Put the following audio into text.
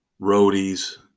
roadies